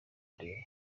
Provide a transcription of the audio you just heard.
day